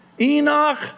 Enoch